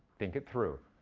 think it through.